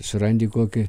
surandi kokį